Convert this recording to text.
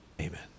amen